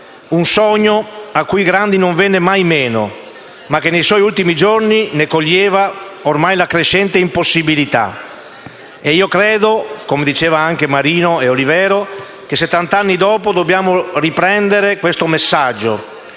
Un sogno cui Grandi non venne mai meno, ma di cui nei suoi ultimi giorni coglieva ormai la crescente impossibilità. Io credo, come dicevano anche i senatori Marino e Olivero, che settant'anni dopo dobbiamo riprendere questo messaggio.